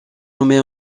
nommée